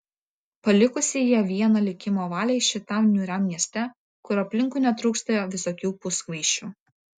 palikusi ją vieną likimo valiai šitam niūriam mieste kur aplinkui netrūksta visokių puskvaišių